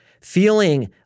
feeling